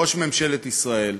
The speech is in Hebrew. ראש ממשלת ישראל,